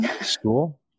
School